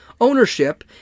ownership